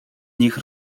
nich